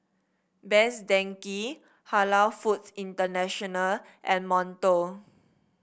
Best Denki Halal Foods International and Monto